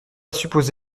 suppose